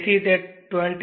તેથી તે E20